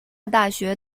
大学